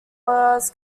was